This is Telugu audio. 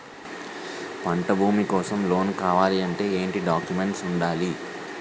పంట భూమి కోసం లోన్ కావాలి అంటే ఏంటి డాక్యుమెంట్స్ ఉండాలి?